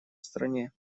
стране